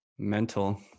mental